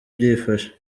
byifashe